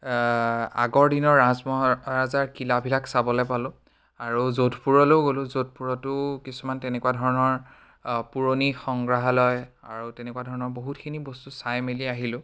আগৰ দিনৰ ৰাজ মহাৰাজাৰ কিলাবিলাক চাবলৈ পালোঁ আৰু জোধপুৰলৈও গ'লোঁ জোধপুৰতো কিছুমান তেনেকুৱা ধৰণৰ পুৰণি সংগ্ৰাহালয় আৰু তেনেকুৱা ধৰণৰ বহুতখিনি বস্তু চাই মেলি আহিলোঁ